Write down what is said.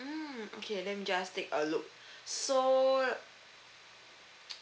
mmhmm okay let me just take a look so